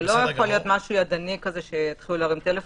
זה לא יכול להיות משהו ידני כזה שיתחילו להרים טלפון,